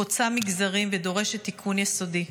חוצה מגזרים ודורשת תיקון יסודי.